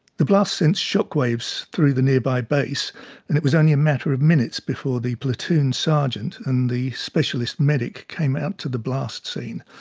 the blast sent shockwaves through the nearby base and it was only a matter of minutes before the platoon sergeant and the specialist medic came out to the blast scene.